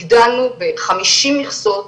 הגדלנו ב-50 מכסות,